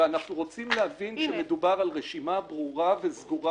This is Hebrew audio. אלא אנחנו רוצים להבין שמדובר על הרשימה ברורה וסגורה